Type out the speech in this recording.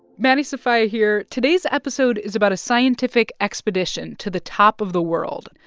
maddie sofia here. today's episode is about a scientific expedition to the top of the world.